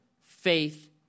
faith